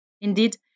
Indeed